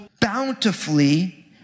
bountifully